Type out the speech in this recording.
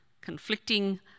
conflicting